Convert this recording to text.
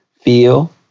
feel